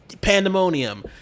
pandemonium